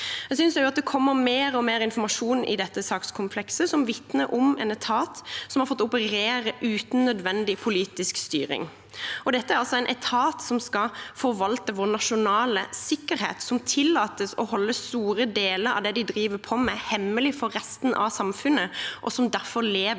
Jeg synes også det kommer mer og mer informasjon i dette sakskomplekset som vitner om en etat som har fått operere uten nødvendig politisk styring. Dette er altså en etat som skal forvalte vår nasjonale sikkerhet, som tillates å holde store deler av det de driver på med, hemmelig for resten av samfunnet, og som derfor lever